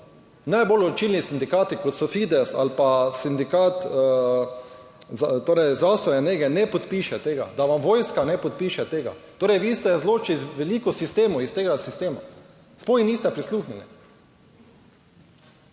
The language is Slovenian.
najbolj odločilni sindikati, kot so FIDES ali pa Sindikat zdravstvene nege ne podpiše tega, da vam vojska ne podpiše tega, torej vi ste izločili veliko sistemov iz tega sistema, smo jim niste prisluhnili.